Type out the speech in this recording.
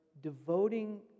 devoting